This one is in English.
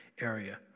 area